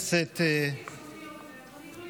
הסמכת צבא הגנה לישראל ושירות הביטחון הכללי